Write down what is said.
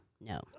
no